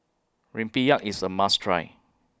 Rempeyek IS A must Try